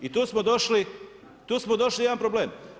I tu smo došli u jedan problem.